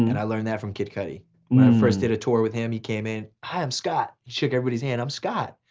and i learned that from kid cudi. when i first did a tour with him he came in, hi, i'm scott. he shook everybody's hand, i'm scott.